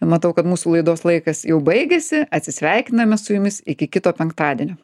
matau kad mūsų laidos laikas jau baigėsi atsisveikiname su jumis iki kito penktadienio